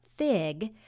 Fig